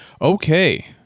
Okay